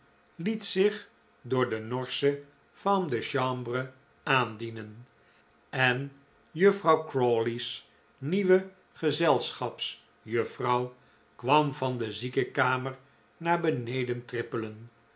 liet zich door de norsche femme de chambre aandicnen en juffrouw crawley's nieuwe gezelschapsjuffrouw kwam van de ziekenkamer naar beneden trippelen